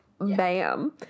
bam